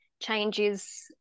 changes